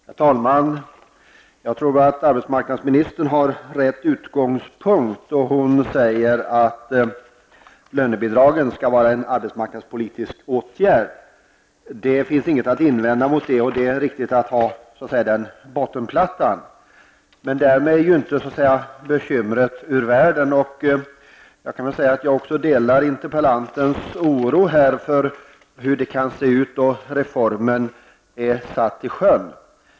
Herr talman! Jag tror att arbetsmarknadsministern har rätt utgångspunkt, när hon säger att lönebidragen skall vara en arbetsmarknadspolitisk åtgärd. Det finns inget att invända mot detta; det är riktigt att så att säga ha den bottenplattan. Men därmed är inte bekymret ur världen. Jag delar interpellantens oro för hur det kan se ut när reformen är satt i sjön.